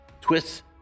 twists